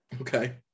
Okay